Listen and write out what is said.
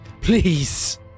please